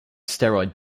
steroid